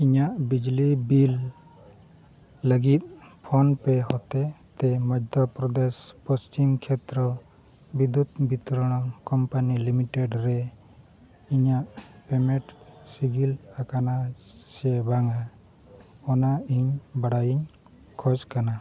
ᱤᱧᱟᱹᱜ ᱵᱤᱡᱽᱞᱤ ᱵᱤᱞ ᱞᱟᱹᱜᱤᱫ ᱯᱷᱳᱱ ᱯᱮ ᱦᱚᱛᱮᱡ ᱛᱮ ᱢᱚᱫᱽᱫᱷᱚ ᱯᱨᱚᱫᱮᱥ ᱯᱚᱪᱷᱤᱢ ᱠᱷᱮᱛᱨᱚ ᱵᱤᱫᱽᱫᱩᱛ ᱵᱤᱛᱚᱨᱚᱱ ᱠᱳᱢᱯᱟᱱᱤ ᱞᱤᱢᱤᱴᱮᱰ ᱨᱮ ᱤᱧᱟᱹᱜ ᱯᱮᱢᱮᱱᱴ ᱥᱤᱜᱤᱞ ᱟᱠᱟᱱᱟ ᱥᱮ ᱵᱟᱝ ᱟ ᱚᱱᱟ ᱤᱧ ᱵᱟᱰᱟᱭᱤᱧ ᱠᱷᱚᱡᱽ ᱠᱟᱱᱟ